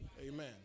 Amen